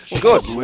Good